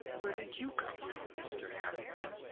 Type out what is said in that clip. where did you come from, mr. harrington?